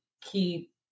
keep